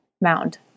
mound